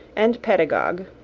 and pedagogue.